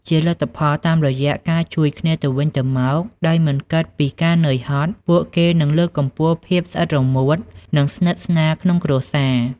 ជាលទ្ធផល តាមរយៈការជួយគ្នាទៅវិញទៅមកដោយមិនគិតពីការនឿយហត់ ពួកគេនឹង លើកកម្ពស់ភាពស្អិតរមួត និងស្និតស្នាលក្នុងគ្រួសារ។